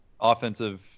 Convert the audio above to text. offensive